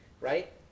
right